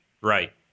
Right